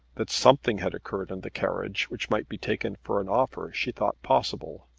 that something had occurred in the carriage which might be taken for an offer she thought possible.